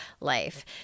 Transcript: life